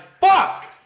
fuck